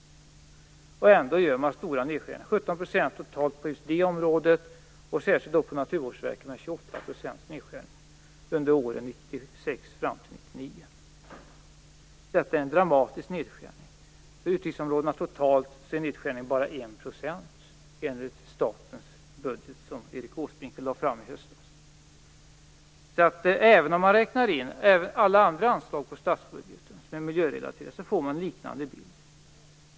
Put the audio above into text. Ändå gör man stora nedskärningar - 17 % totalt på just det området, och 1999. Detta är en dramatisk nedskärning. För utgiftsområdena totalt är nedskärningen bara 1 % enligt statens budget som Erik Åsbrink lade fram i höstas. Även om man räknar in alla andra anslag i statsbudgeten som är miljörelaterade får man en liknande bild.